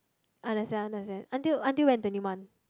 understand understand until until when twenty one